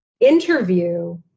interview